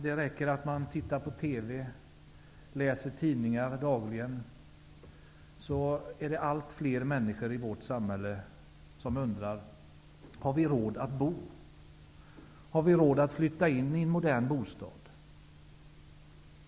Det räcker med att titta på TV eller att läsa tidningar dagligen för att se att allt fler människor i vårt samhälle undrar: Har vi råd att bo? Har vi råd att flytta in i en modern bostad?